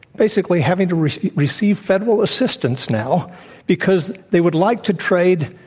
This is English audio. basically having to receive receive federal assistance now because they would like to trade,